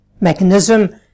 mechanism